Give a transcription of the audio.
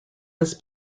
was